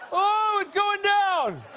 oh, it's going down!